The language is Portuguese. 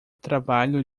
trabalho